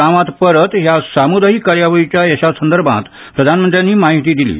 गावानी परत ह्या सामुदायीक कार्यावळीच्या यशा संदर्भांत प्रधानमंत्र्यानी माहिती दिली